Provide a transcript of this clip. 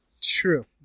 True